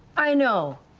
i know,